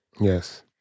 Yes